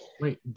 Wait